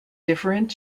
different